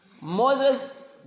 Moses